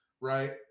right